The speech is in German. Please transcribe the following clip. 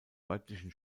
örtlichen